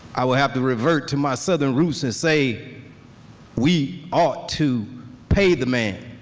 i will have to revert to my southern roots and say we ought to pay the man.